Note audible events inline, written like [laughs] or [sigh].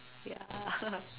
ya [laughs]